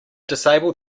disabled